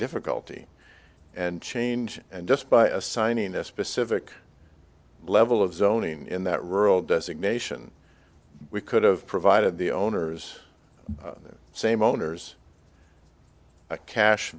difficulty and change and just by assigning a specific level of zoning in that rural designation we could have provided the owners the same owners a cash